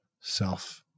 self